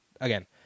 again